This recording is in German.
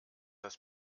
das